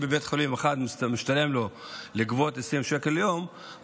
אם לבית חולים אחד משתלם לגבות 20 שקל ליום,